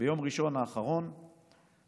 ביום ראשון האחרון הוא